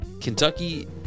Kentucky